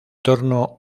torno